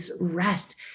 rest